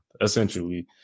essentially